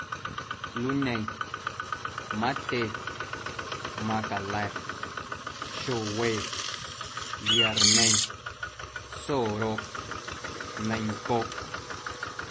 Luñe, matye, macala̱, xowe, viarñe, soroꞌ, ñeincoꞌ.